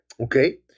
Okay